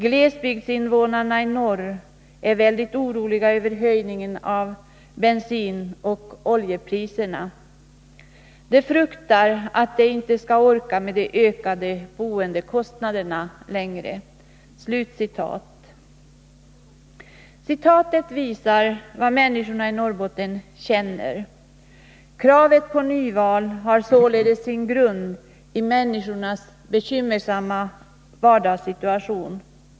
Glesbygdsinvånarnai norr är väldigt oroliga över höjningen av bensinoch oljepriserna. De fruktar att de inte skall orka med de ökade boendekostnaderna längre.” Citatet visar vad människorna i Norrbotten känner. Kravet på nyval har således sin grund i människornas bekymmersamma vardagssituation.